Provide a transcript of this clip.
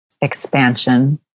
expansion